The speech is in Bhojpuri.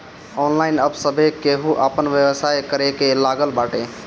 ऑनलाइन अब सभे केहू आपन व्यवसाय करे लागल बाटे